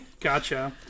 Gotcha